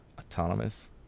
Autonomous